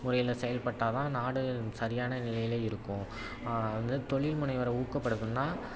முறையில் செயல்பட்டால் தான் நாடு சரியான நிலையில் இருக்கும் வந்து தொழில்முனைவோரை ஊக்கப்படுத்துன்னால்